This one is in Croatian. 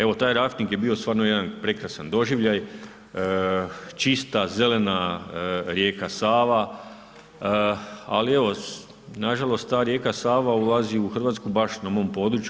Evo, taj rafting je bio stvarno jedan prekrasan doživljaj, čista, zelena rijeka Sava, ali evo, nažalost, ta rijeka Sava ulazi u Hrvatsku baš na mom području.